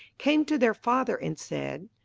came to their father and said,